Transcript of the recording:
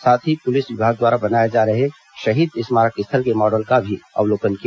साथ ही पुलिस विभाग द्वारा बनाए जा रहे शहीद स्मारक स्थल के मॉडल का भी अवलोकन किया